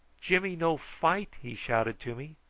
jimmy no fight? he shouted to me.